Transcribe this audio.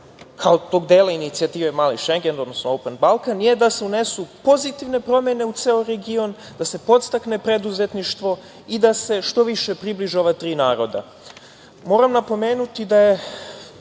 kao tog dela inicijative „Mali-Šengen“, odnosno „Open Balkan“ je da se unesu pozitivne promene u ceo region, da se podstakne preduzetništvo i da se što više približe ova tri naroda. Moram napomenuti da je